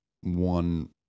one